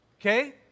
Okay